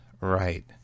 right